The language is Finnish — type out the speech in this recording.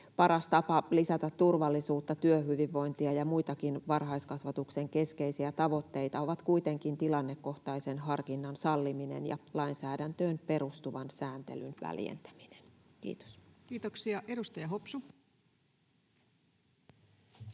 Paras tapa lisätä turvallisuutta, työhyvinvointia ja muitakin varhaiskasvatuksen keskeisiä tavoitteita on kuitenkin tilannekohtaisen harkinnan salliminen ja lainsäädäntöön perustuvan sääntelyn väljentäminen. — Kiitos. [Speech 246]